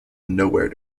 nowhere